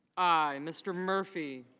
i. mr. murphy